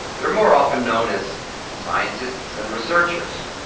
they are more often known as scientists and researchers,